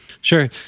Sure